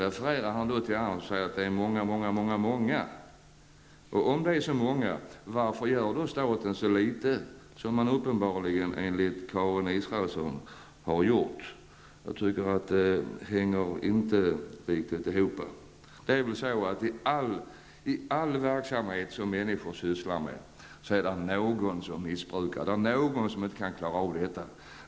Men sedan säger statsrådet att det rör sig om väldigt många. Men om det nu rör sig om väldigt många människor, varför görs då så litet från statens sida? Enligt Karin Israelsson görs ju här uppenbarligen mycket litet. Jag tycker att det hela inte riktigt går ihop. I all verksamhet som människor sysslar med finns det väl alltid någon som missbrukar, någon som inte klarar situationen.